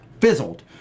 fizzled